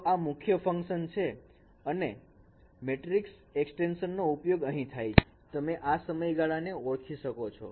તો આ મુખ્ય ફંકશન છે અને મેટ્રિકસ એક્સ્ટેંશન નો ઉપયોગ અહીં થાય છે તમે આ સમયગાળાને ઓળખી શકો છો